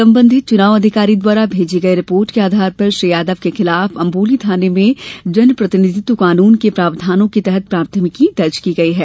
संबंधित चुनाव अधिकारी द्वारा भेजी रिपोर्ट के आधार पर श्री यादव के खिलाफ अम्बोली थाने में जन प्रतिनिधित्व कानून के प्रावधानों के तहत प्राथमिकी दर्ज की गई है